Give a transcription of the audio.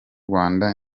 rwanda